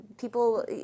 People